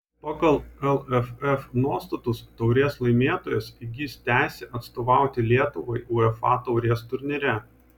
pagal lff nuostatus taurės laimėtojas įgis teisę atstovauti lietuvai uefa taurės turnyre